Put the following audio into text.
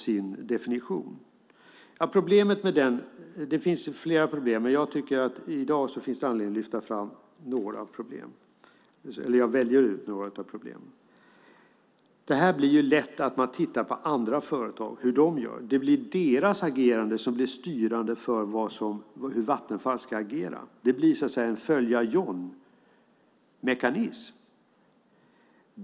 Det finns flera problem med den definitionen, men jag tycker att det i dag finns anledning att lyfta fram några problem. Jag väljer ut några. Det är lätt att titta på hur andra företag gör. Det blir deras agerande som blir styrande för hur Vattenfall ska agera. Det blir en följa John-mekanism.